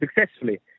successfully